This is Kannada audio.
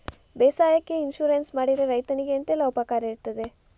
ಬೇಸಾಯಕ್ಕೆ ಇನ್ಸೂರೆನ್ಸ್ ಮಾಡಿದ್ರೆ ರೈತನಿಗೆ ಎಂತೆಲ್ಲ ಉಪಕಾರ ಇರ್ತದೆ?